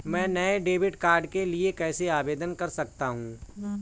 मैं नए debit card के लिए कैसे आवेदन कर सकता हूँ?